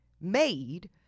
made